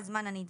26כב(ב)